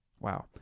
wow